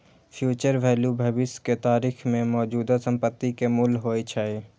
future value भविष्य के तारीख मे मौजूदा संपत्ति के मूल्य होइ छै